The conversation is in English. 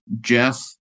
Jeff